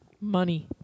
Money